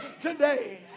today